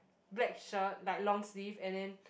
black shirt like long sleeve and then